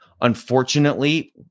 Unfortunately